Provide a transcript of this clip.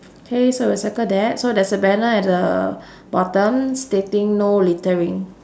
K so we'll circle that so there's a banner at the bottom stating no littering